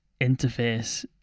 interface